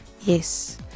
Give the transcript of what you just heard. yes